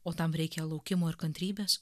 o tam reikia laukimo ir kantrybės